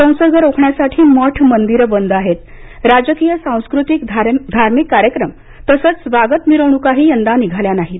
संसर्ग रोखण्यासाठी मठ मंदिरे बंद आहेत राजकीय सांस्कृतिक धार्मिक कार्यक्रम तसंच स्वागत मिरवणूकाही यंदा निघाल्या नाहीत